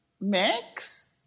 mix